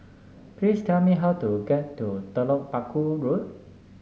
please tell me how to get to Telok Paku Road